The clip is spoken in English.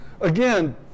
again